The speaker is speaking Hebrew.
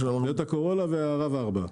טויוטה קורולה ו-RAV4.